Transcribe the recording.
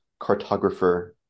cartographer